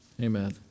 Amen